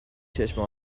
چشم